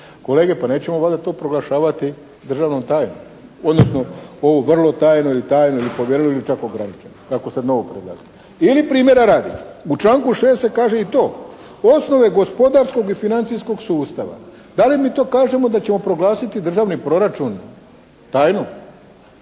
Kolege, pa nećemo valjda to proglašavati državnom tajnom, odnosno ovu vrlo tajno, ili tajno, ili povjerljivo ili čak ograničeno, kako sad novo predlaže. Ili primjera radi. U članku 6. se kaže i to: "Osnove gospodarskog i financijskog sustava.", da li mi to kažemo da ćemo proglasiti državni proračun tajnu,